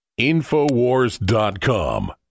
InfoWars.com